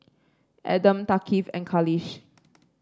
Adam Thaqif and Khalish